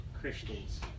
Christians